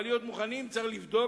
אבל להיות מוכנים, צריך לבדוק